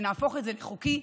שנהפוך את זה לחוקי,